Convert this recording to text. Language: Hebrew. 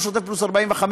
ולא שוטף פלוס 45,